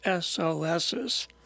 SOSs